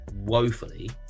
woefully